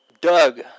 Doug